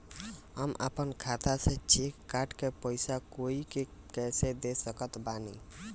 हम अपना खाता से चेक काट के पैसा कोई के कैसे दे सकत बानी?